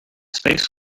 space